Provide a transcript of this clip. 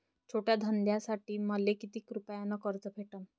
छोट्या धंद्यासाठी मले कितीक रुपयानं कर्ज भेटन?